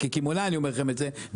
כקמעונאי אני אומר לכם את זה,